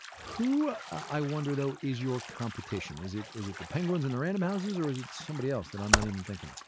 who, i wonder though, is your competition? is it is it the penguins and the random houses or is it somebody else that i'm not even thinking of?